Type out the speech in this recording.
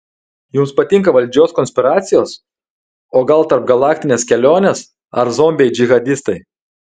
jums patinka valdžios konspiracijos o gal tarpgalaktinės kelionės ar zombiai džihadistai